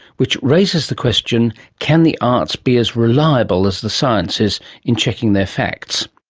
which raises the question can the arts be as reliable as the sciences in checking their facts?